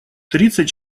тридцать